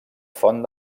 font